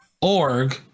org